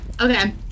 Okay